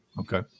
Okay